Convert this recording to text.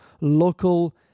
local